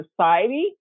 society